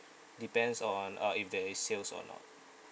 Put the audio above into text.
depends on uh if there is sales or not